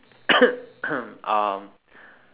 um